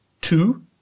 Two